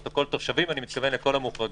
תושבים אני מתכוון לכל המוחרגים.